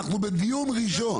אנחנו בדיון ראשון.